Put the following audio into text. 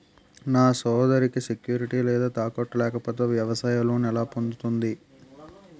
నా సోదరికి సెక్యూరిటీ లేదా తాకట్టు లేకపోతే వ్యవసాయ లోన్ ఎలా పొందుతుంది?